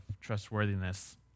trustworthiness